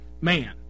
man